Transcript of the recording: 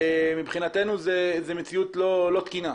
מבחינתנו זו מציאות לא תקינה.